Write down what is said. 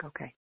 Okay